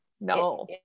no